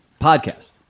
podcast